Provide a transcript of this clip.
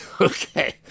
Okay